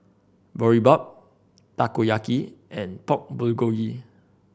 Boribap Takoyaki and Pork Bulgogi